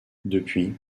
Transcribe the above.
depuis